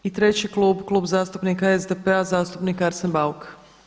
I treći klub, Klub zastupnika SDP-a zastupnik Arsen Bauk.